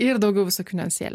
ir daugiau visokių niuansėlių